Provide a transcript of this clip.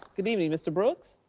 good evening, mr. brooks.